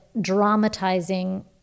dramatizing